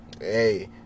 Hey